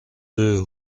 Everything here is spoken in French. deux